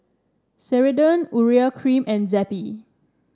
Ceradan Urea Cream and Zappy